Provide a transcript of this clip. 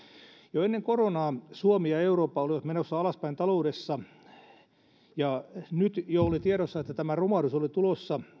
jo ennen koronaa suomi ja eurooppa olivat menossa alaspäin taloudessa oli jo tiedossa että romahdus on tulossa